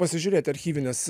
pasižiūrėt archyvines